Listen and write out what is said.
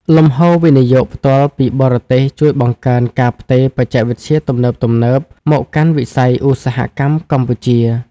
លំហូរវិនិយោគផ្ទាល់ពីបរទេសជួយបង្កើនការផ្ទេរបច្ចេកវិទ្យាទំនើបៗមកកាន់វិស័យឧស្សាហកម្មកម្ពុជា។